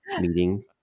meeting